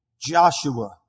Joshua